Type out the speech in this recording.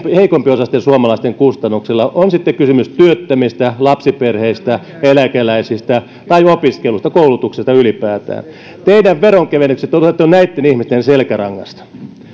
heikompiosaisten suomalaisten kustannuksella on sitten kysymys työttömistä lapsiperheistä eläkeläisistä tai opiskelusta koulutuksesta ylipäätään teidän veronkevennyksenne on otettu näitten ihmisten selkärangasta